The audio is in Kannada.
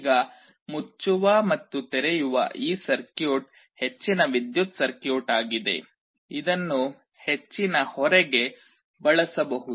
ಈಗ ಮುಚ್ಚುವ ಮತ್ತು ತೆರೆಯುವ ಈ ಸರ್ಕ್ಯೂಟ್ ಹೆಚ್ಚಿನ ವಿದ್ಯುತ್ ಸರ್ಕ್ಯೂಟ್ ಆಗಿದೆ ಇದನ್ನು ಹೆಚ್ಚಿನ ಹೊರೆಗೆ ಬಳಸಬಹುದು